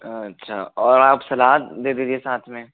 अच्छा और आप सलाद दे दीजिए साथ में